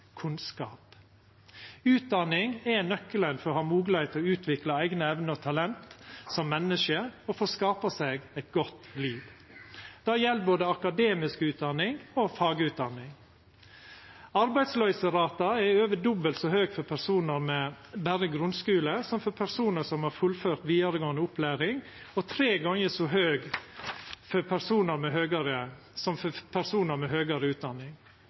kunnskap. Utdanning er nøkkelen for å ha moglegheit til å utvikla eigne evner og talent som menneske og for å skapa seg eit godt liv. Det gjeld både akademisk utdanning og fagutdanning. Arbeidsløyseraten er over dobbelt så høg for personar med berre grunnskule som for personar som har fullført vidaregåande opplæring, og tre gonger så høg som for personar med høgare utdanning.